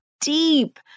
deep